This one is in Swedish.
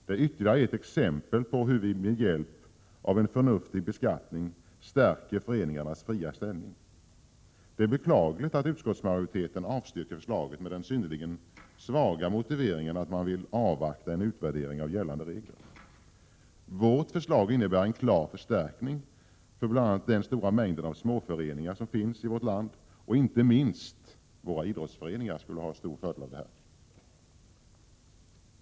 Det är ytterligare ett exempel på hur vi med hjälp av en förnuftig beskattning stärker föreningarnas fria ställning. Det är beklagligt att utskottsmajoriteten avstyrker förslaget med den synnerligen svaga motiveringen att man vill avvakta en utvärdering av gällande regler. Vårt förslag innebär en klar förstärkning för bl.a. den stora mängd av småföreningar som finns i vårt land. Inte minst våra idrottsföreningar skulle ha stor fördel av det.